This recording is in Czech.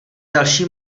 další